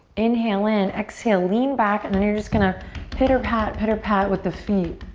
inhale in. exhale, lean back and then you're just going to pitter pat, pitter pat with the feet.